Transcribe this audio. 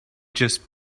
just